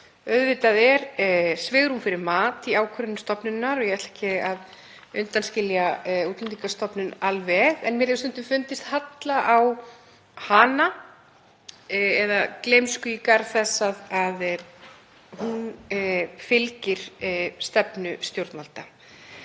Auðvitað er svigrúm fyrir mat í ákvörðunum stofnana og ég ætla ekki að undanskilja Útlendingastofnun alveg, en mér hefur stundum fundist halla á hana eða gæta gleymsku í garð þess að hún fylgir stefnu stjórnvalda.